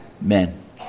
men